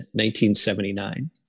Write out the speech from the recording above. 1979